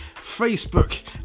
Facebook